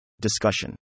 Discussion